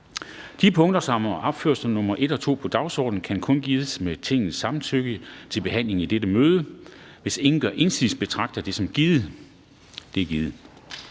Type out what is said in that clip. De sager, der er opført under punkt 1 og 2 på dagsordenen, kan kun med Tingets samtykke behandles i dette møde. Hvis ingen gør indsigelse, betragter jeg samtykket som givet. Det er givet.